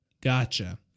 Gotcha